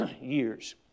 years